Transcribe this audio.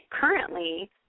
currently